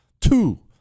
Two